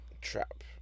Trap